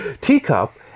teacup